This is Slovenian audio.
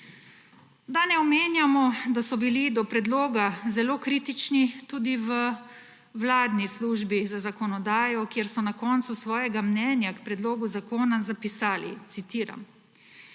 Da ne omenjamo, da so bili do predloga zelo kritični tudi v vladni službi za zakonodajo, kjer so na koncu svojega mnenja k predlogu zakona zapisali, »v